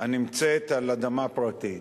על אדמה פרטית.